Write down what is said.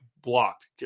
blocked